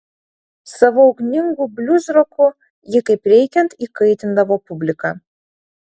savo ugningu bliuzroku ji kaip reikiant įkaitindavo publiką